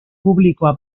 publikoa